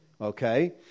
okay